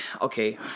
okay